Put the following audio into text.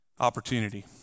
opportunity